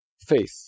faith